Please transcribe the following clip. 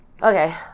Okay